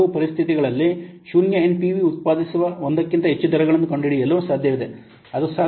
ಕೆಲವು ಪರಿಸ್ಥಿತಿಗಳಲ್ಲಿ ಶೂನ್ಯ ಎನ್ಪಿವಿ ಉತ್ಪಾದಿಸುವ ಒಂದಕ್ಕಿಂತ ಹೆಚ್ಚು ದರಗಳನ್ನು ಕಂಡುಹಿಡಿಯಲು ಸಾಧ್ಯವಿದೆ ಅದು ಸಾಧ್ಯ